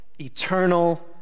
eternal